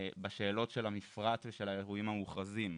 בשאלות של המפרט ושל האירועים המוכרזים.